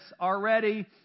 already